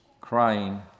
crying